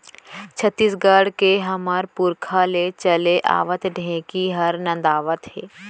छत्तीसगढ़ के हमर पुरखा ले चले आवत ढेंकी हर नंदावत हे